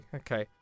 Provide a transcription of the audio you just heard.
okay